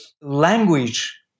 language